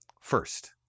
First